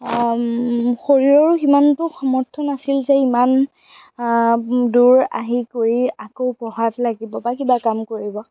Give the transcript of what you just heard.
শৰীৰৰো সিমানটো সামৰ্থ্য নাছিল যে ইমান দূৰ আহি কৰি আকৌ পঢ়াত লাগিব বা কিবা কাম কৰিব